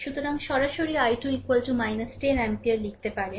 সুতরাং সরাসরি I2 10 ampere লিখতে পারেন